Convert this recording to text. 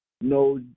no